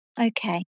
Okay